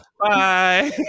bye